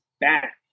back